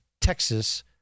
Texas